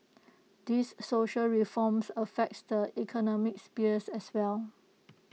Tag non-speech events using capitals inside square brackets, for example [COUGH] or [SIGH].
[NOISE] these social reforms affect the economic sphere as well